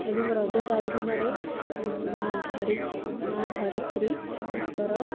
ଏବଂ ରଜ ଚାରିଦିନରେ ମାଁ ଧରି ମାଁ ଧରିତ୍ରୀ ତାଙ୍କର